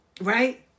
right